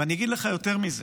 ואני אגיד לך יותר מזה.